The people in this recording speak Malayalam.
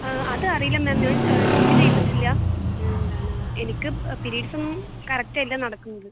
ആ അതറിയില്ല മാം ഞാൻ ചെക്ക് ചെയ്തിട്ടില്ല എന്താണ് എനിക്ക് പീരീഡ്സ് ഒന്നും കറക്റ്റ് അല്ല നടക്കുന്നത്